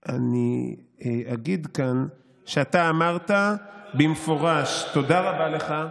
אני אגיד כאן שאתה אמרת במפורש: תודה רבה לך,